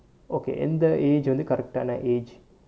okay எந்த:entha age வந்து:vanth correct ஆன:aana age